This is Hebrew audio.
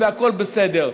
והכול בסדר.